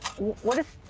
what does, ah,